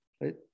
right